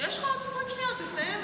יש לך 20 שניות, תסיים.